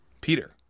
Peter